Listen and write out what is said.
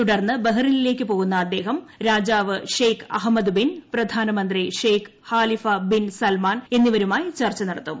തുടർന്ന് ബഹ്റിനിലേക്ക് പോകുന്ന അദ്ദേഹം രാജാവ് ഷെയ്ഖ് അഹമ്മദ് ബിൻ പ്രധാനമന്ത്രി ഷെയ്ഖ് ഖാലിഫാ ബിൻസൽമാൻ എന്നിവരുമായി ചർച്ചു നടത്തും